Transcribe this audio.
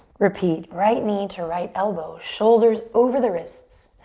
repeat, right knee to right elbow, shoulders over the wrists.